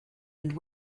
and